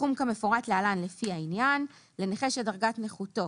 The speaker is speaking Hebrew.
סכום כמפורט להלן, לפי העניין: לנכה שדרגת נכותו